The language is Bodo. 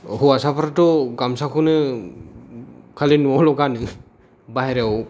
हौवासाफ्राथ' गामसाखौनो खालि न'आवल' गानो बायह्रायाव